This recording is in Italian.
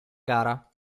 gara